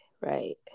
right